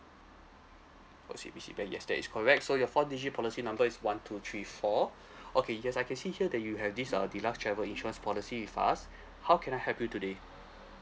O_C_B_C bank yes that is correct so your four digit policy number is one two three four okay yes I can see here that you have this uh deluxe travel insurance policy with us how can I help you today